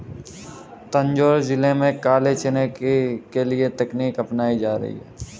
तंजौर जिले में काले चने के लिए नई तकनीकें अपनाई जा रही हैं